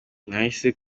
nahisemo